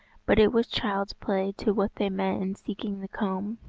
but it was child's play to what they met in seeking the comb.